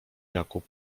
jakub